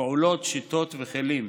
פעולות, שיטות וכלים: